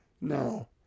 No